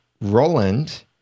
Roland